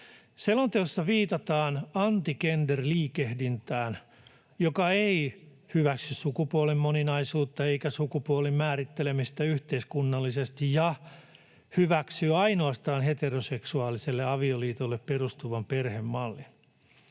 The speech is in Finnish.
Selonteossa viitataan anti-gender-liikehdintään, joka ei hyväksy sukupuolen moninaisuutta eikä sukupuolen määrittelemistä yhteiskunnallisesti ja hyväksyy ainoastaan heteroseksuaaliselle avioliitolle perustuvan perhemallin.